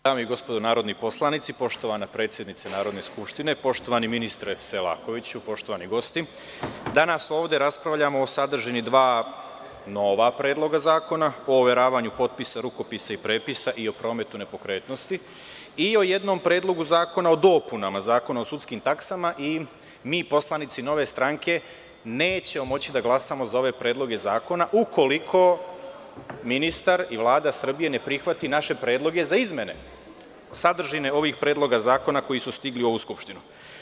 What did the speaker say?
Dame i gospodo narodni poslanici, poštovana predsednice Narodne skupštine, poštovani ministre Selakoviću, poštovani gosti, danas ovde raspravljamo o sadržini dva nova predloga zakona, o overavanju potpisa, rukopisa i prepisa i o prometu nepokretnosti i o jednom predlogu zakona o dopunama Zakona o sudskim taksama i mi, poslanici Nove stranke, nećemo moći da glasamo za ove predloge zakona ukoliko ministar i Vlada Srbije ne prihvati naše predloge za izmene sadržine ovih predloga zakona koji su stigli u Skupštinu.